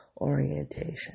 orientation